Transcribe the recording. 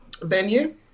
venue